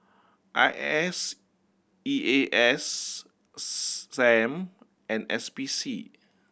I S E A S Sam and S P C